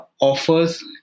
offers